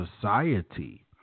society